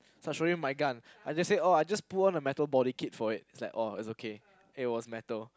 so I show you my gun I just say oh I just put on a metal body kit for it it's like oh it's okay it was metal